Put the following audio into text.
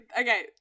okay